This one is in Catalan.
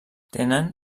tenen